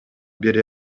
бере